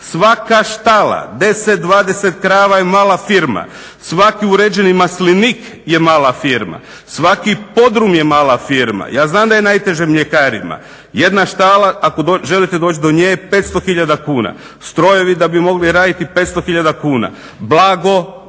Svaka štala, 10, 20 krava je mala firma. Svaki uređeni maslinik je mala firma. Svaki podrum je mala firma. Ja znam da je najteže mljekarima. Jedna štala, ako želite doći do nje, je 500 tisuća kuna. Strojevi da bi mogli raditi 500 tisuća kuna. Blago